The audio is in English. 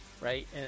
right